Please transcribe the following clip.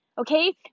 Okay